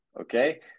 Okay